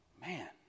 Man